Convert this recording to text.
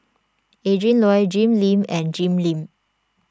Adrin Loi Jim Lim and Jim Lim